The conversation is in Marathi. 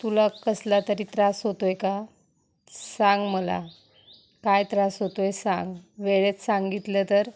तुला कसला तरी त्रास होतो आहे का सांग मला काय त्रास होतो आहे सांग वेळेत सांगितलं तर